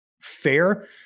fair